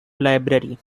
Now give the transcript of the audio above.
library